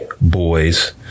boys